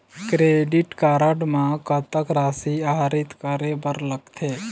Credit card म कतक राशि आहरित करे बर लगथे?